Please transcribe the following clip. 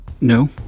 No